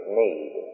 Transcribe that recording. need